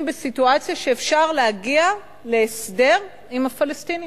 בסיטואציה שאפשר להגיע להסדר עם הפלסטינים.